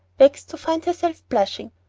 vexed to find herself blushing.